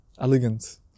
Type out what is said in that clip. elegant